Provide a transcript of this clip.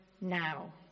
now